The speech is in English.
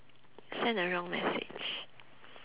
sent the wrong message